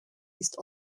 ist